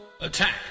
Attack